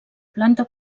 planta